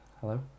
Hello